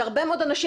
שהרבה מאוד אנשים,